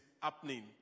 happening